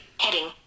Heading